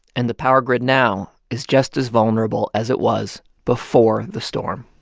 and the power grid now is just as vulnerable as it was before the storm.